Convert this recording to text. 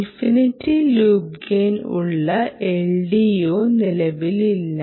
infinity loop gain ഉള്ള LDO നിലവിലില്ല